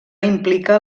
implica